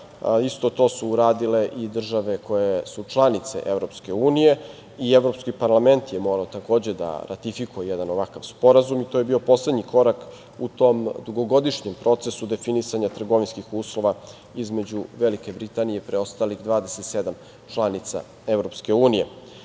Isto to su uradile i države koje su članice EU i Evropski parlament je morao takođe da ratifikuje jedan ovakav sporazum i to je bio poslednji korak u tom dugogodišnjem procesu definisanja trgovinskih uslova između Velike Britanije i preostalih 27 članica EU.Sam